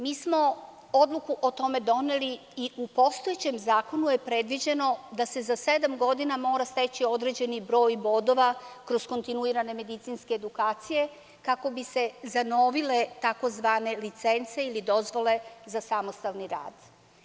Mi smo odluku o tome doneli i u postojećem zakonu je predviđeno da se za sedam godina može steći određeni broj bodova kroz kontinuirane medicinske edukacije, kako bi se zanovile tzv. licence ili dozvole za samostalni rad.